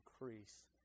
increase